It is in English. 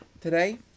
today